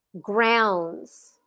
grounds